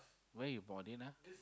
where you bought it ah